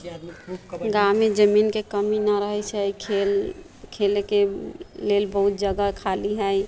गाँवमे जमीनके कमी नहि रहै छै खेल खेलैके लेल बहुत जगह खाली हइ